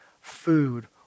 Food